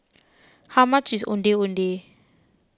how much is Ondeh Ondeh